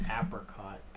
Apricot